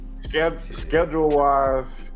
Schedule-wise